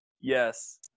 Yes